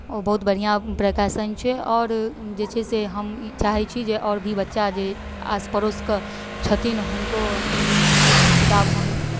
ओ बहुत बढ़िआँ प्रकाशन छै आओर जे छै से हम ई चाहै छी जे आओर भी बच्चा जे आस पड़ोसके छथिन हुनको लेल ई किताब हम